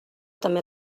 també